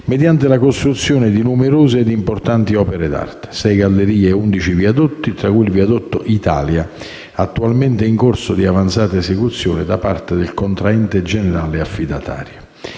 mediante la costruzione di numerose e importanti opere d'arte: 6 gallerie e 11 viadotti, tra cui il viadotto Italia, attualmente in corso di avanzata esecuzione da parte del contraente generale affidatario.